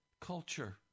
culture